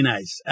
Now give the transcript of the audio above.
Nice